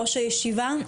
ראש הישיבה,